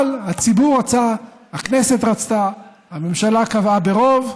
אבל הציבור רצה, הכנסת רצתה, הממשלה קבעה ברוב,